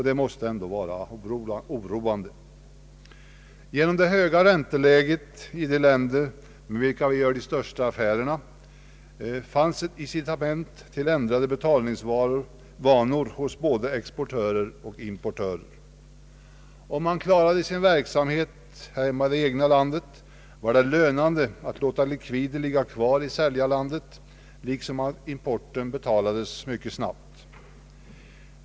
Det måste ändå vara oroande. Genom det höga ränteläget i de länder med vilka vi gör de största affärerna har uppstått en tendens till ändrade betalningsvanor hos både exportörer och importörer. Om man ändå klarade sin verksamhet inom det egna landet var det lönande att låta likvider ligga kvar i säljarlandet, liksom att importen betalades mycket snabbt.